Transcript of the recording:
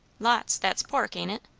lots. that's pork, ain't it?